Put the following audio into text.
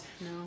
No